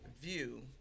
view